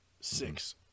six